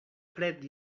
fred